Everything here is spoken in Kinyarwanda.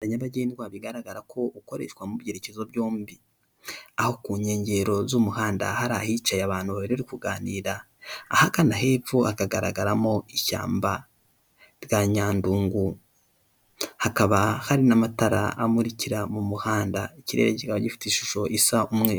Umuhanda nyabagendwa bigaragara ko ukoreshwa mu byerekezo byombi, aho ku nkengero z'umuhanda hari ahicaye abantu babiri bari kuganira, ahakana hepfo hakagaragaramo ishyamba rya Nyandungu, hakaba hari n'amatara amukira mu muhanda, ikirere kikaba gifite ishusho isa umweru.